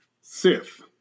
Sith